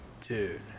dude